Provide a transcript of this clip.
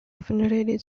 venerated